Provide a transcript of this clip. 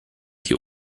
die